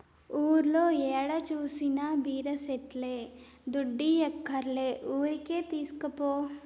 ఊర్లో ఏడ జూసినా బీర సెట్లే దుడ్డియ్యక్కర్లే ఊరికే తీస్కపో